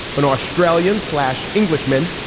an australian slash englishman,